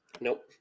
Nope